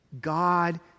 God